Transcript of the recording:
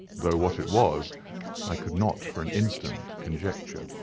though what it was i could not for an instant conjecture.